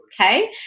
Okay